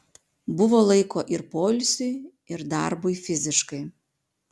buvo laiko ir poilsiui ir darbui fiziškai